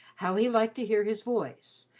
how he liked to hear his voice,